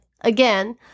again